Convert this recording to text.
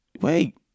Wait